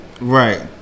Right